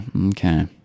okay